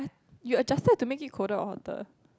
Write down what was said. you adjusted to make it colder or hotter